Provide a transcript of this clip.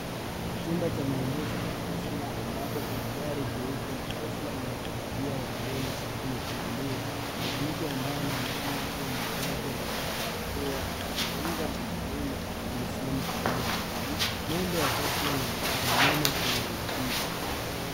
Chumba cha maonyesho cha Tesla ambapo kuna gari jeupe la Tesla lenye kofia ya mbele imefunguliwa. Mwanamke ambaye anaonekana kuwa muuzaji amevaa barakoa na anazungumza na mwanaume aliyesimama karibu na gari. Nembo ya tesla inaonekana nyuma kwenye ukuta.